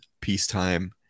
peacetime